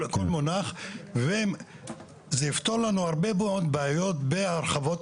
זה יפתור לנו הרבה מאוד בעיות בהרחבות,